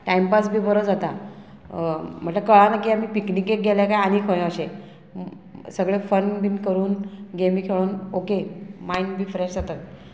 timepass बी बरो जाता म्हटल्यार कळना की आमी पिकनिकेक गेले काय आनी खंय अशें सगळें फन बीन करून गेमी खेळोन ओके मायंड बी फ्रेश जातात